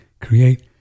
create